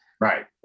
right